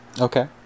Okay